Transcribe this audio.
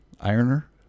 Ironer